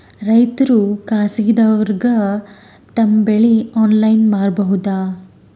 ರೈತರು ಖಾಸಗಿದವರಗೆ ತಮ್ಮ ಬೆಳಿ ಆನ್ಲೈನ್ ಮಾರಬಹುದು?